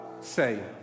say